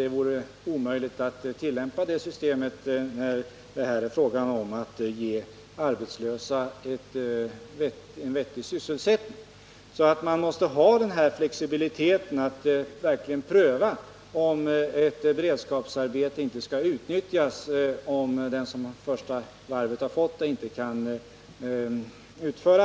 Det vore f. ö. omöjligt att tillämpa det systemet i det fall det här är fråga om, dvs. när det gäller att ge arbetslösa vettig sysselsättning. Man måste alltså ha den här flexibiliteten, med möjlighet att pröva om ett beredskapsarbete inte skall utnyttjas, om den som i första varvet har fått det inte kan utföra